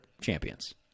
champions